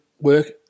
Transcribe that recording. work